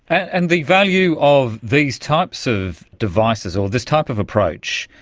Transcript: and the value of these types of devices, or this type of approach,